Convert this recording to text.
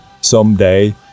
someday